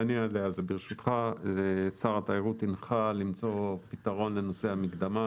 אענה על זה ברשותך: שר התיירות הנחה למצוא פתרון לנושא המקדמה,